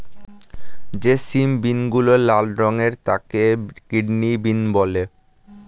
যে সিম বিনগুলো লাল রঙের তাকে কিডনি বিন বলে